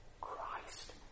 Christ